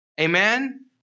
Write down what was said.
Amen